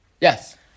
Yes